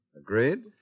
Agreed